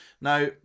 Now